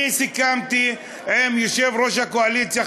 אני סיכמתי עם יושב-ראש הקואליציה,